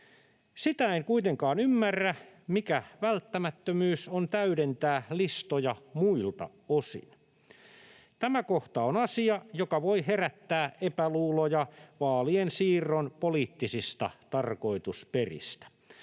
Sitä en kuitenkaan ymmärrä, mikä välttämättömyys on täydentää listoja muilta osin. Tämä kohta on asia, joka voi herättää epäluuloja vaalien siirron poliittisista tarkoitusperistä.